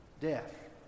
death